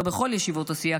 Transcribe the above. לא בכל ישיבות הסיעה,